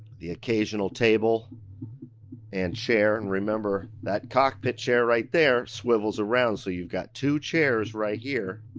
the occasional table and chair, and remember that cockpit chair right there swivels around, so you've got two chairs right here.